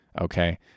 Okay